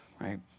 right